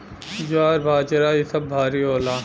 ज्वार बाजरा इ सब भारी होला